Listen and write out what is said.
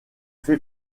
fait